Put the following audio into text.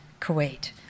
Kuwait